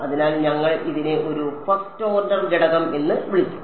അതിനാൽ ഞങ്ങൾ ഇതിനെ ഒരു ഫസ്റ്റ് ഓർഡർ ഘടകം എന്ന് വിളിക്കും